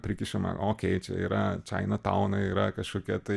prikišama okei čia yra čiaina taunai yra kažkokie tai